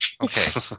Okay